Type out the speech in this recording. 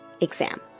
exam